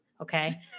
Okay